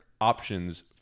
options